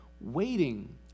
waiting